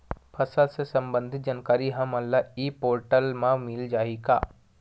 फसल ले सम्बंधित जानकारी हमन ल ई पोर्टल म मिल जाही का?